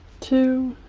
two,